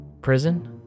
Prison